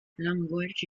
language